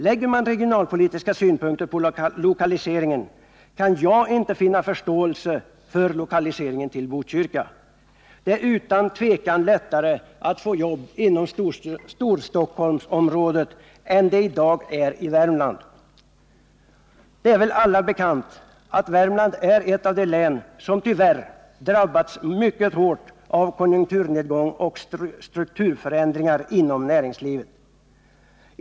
Lägger man regionalpolitiska synpunkter på lokaliseringen kan jag inte finna förståelse för lokaliseringen till Botkyrka. Det är utan tvekan lättare att få jobb inom Storstockholmsområdet än det i dag är i Värmland. Det är väl alla bekant att Värmland är ett av de län, som tyvärr drabbats mycket hårt av konjunkturnedgång och strukturförändringar inom näringslivet.